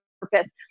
purpose